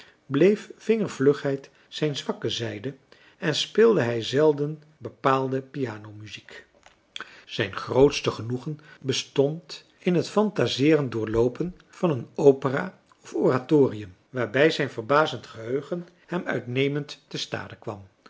bleef vingervlugheid zijn zwakke zijde en speelde hij zelden bepaalde piano muziek zijn grootste genoegen bestond in het fantaseerend doorloopen van een opera of oratorium waarbij zijn verbazend geheugen hem uitnemend te stade kwam